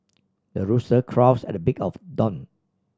the rooster crows at the break of dawn